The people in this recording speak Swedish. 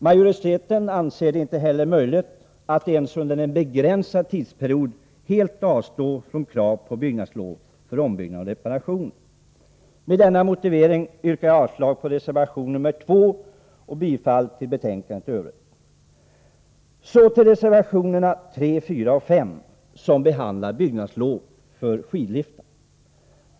Majoriteten anser det inte heller möjligt att ens under en begränsad tidsperiod helt avstå från krav på byggnadslov för ombyggnader och reparationer. Med denna motivering yrkar jag avslag på reservation 2 och bifall till bostadsutskottets hemställan. Så till reservationerna 3, 4 och 5 som gäller byggnadslov för skidliftar.